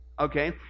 okay